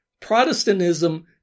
Protestantism